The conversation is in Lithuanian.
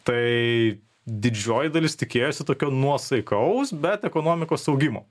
tai didžioji dalis tikėjosi tokio nuosaikaus bet ekonomikos augimo